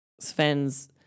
Sven's